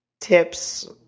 Tips